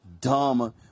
dumb